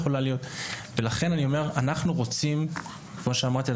כמו שאמרתי,